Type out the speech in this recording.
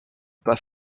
pas